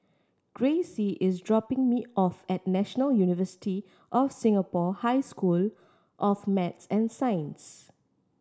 Gracie is dropping me off at National University of Singapore High School of Math and Science